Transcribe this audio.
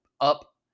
up